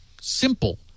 simple